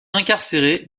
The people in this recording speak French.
incarcéré